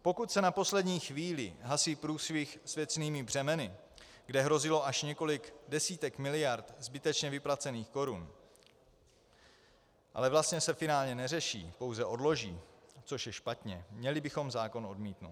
Pokud se na poslední chvíli hasí průšvih s věcnými břemeny, kde hrozilo až několik desítek miliard zbytečně vyplacených korun, ale vlastně se finálně neřeší, pouze odloží, což je špatně, měli bychom zákon odmítnout.